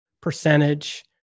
percentage